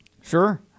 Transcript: Sure